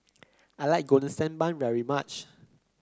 I like Golden Sand Bun very much